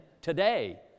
today